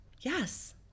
yes